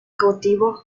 cautivo